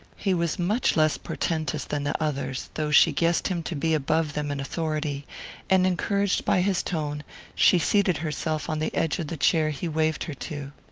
he was much less portentous than the others, though she guessed him to be above them in authority and encouraged by his tone she seated herself on the edge of the chair he waved her to.